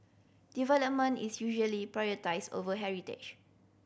development is usually prioritised over heritage